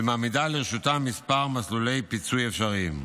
ומעמידה לרשותם כמה מסלולי פיצוי אפשריים.